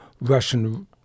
Russian